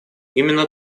именно